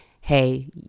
hey